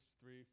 three